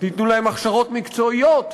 תנו להם הכשרות מקצועיות,